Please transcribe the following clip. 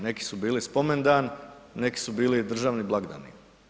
Neki su bili spomendan, neki su bili državni blagdani.